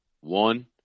One